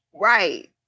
Right